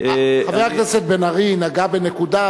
חבר הכנסת בן-ארי נגע בנקודה,